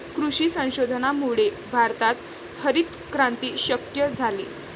कृषी संशोधनामुळेच भारतात हरितक्रांती शक्य झाली